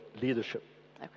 leadership